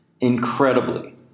Incredibly